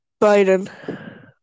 Biden